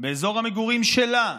באזור המגורים שלה,